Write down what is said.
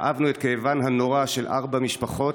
כאבנו את כאבן הנורא של ארבע משפחות,